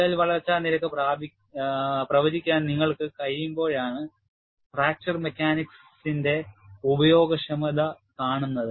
വിള്ളൽ വളർച്ചാ നിരക്ക് പ്രവചിക്കാൻ നിങ്ങൾക്ക് കഴിയുമ്പോഴാണ് ഫ്രാക്ചർ മെക്കാനിക്സിന്റെ ഉപയോഗക്ഷമത കാണുന്നത്